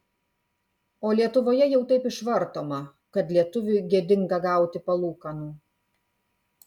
o lietuvoje jau taip išvartoma kad lietuviui gėdinga gauti palūkanų